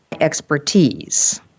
expertise